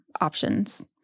options